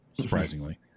surprisingly